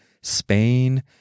Spain